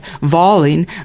volleying